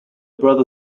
brother